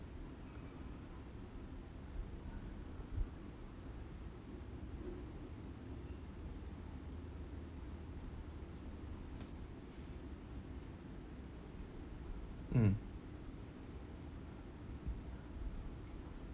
mm